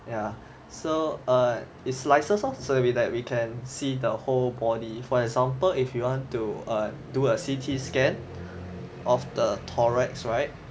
ya so uh it's slices of survey that we can see the whole body for example if you want to do a C_T scan of the thorax right